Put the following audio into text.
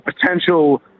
potential